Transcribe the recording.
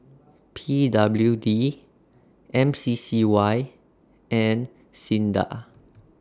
P W D M C C Y and SINDA